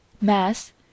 Mass